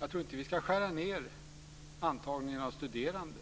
Jag tror inte att vi ska skära ned antagningen av studerande